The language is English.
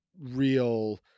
real